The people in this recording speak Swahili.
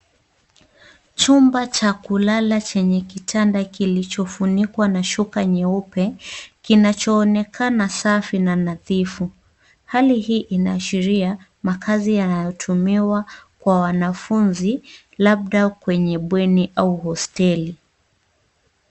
Chumba cha kulala chenye kitada kilichofunikwa na shuka nyeupe kinachoonekana safi na nadhifu ,hali hii inaashiria makazi yanayotumiwa kwa wanafunzi labda kwenye bweni au hosteli.